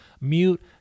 mute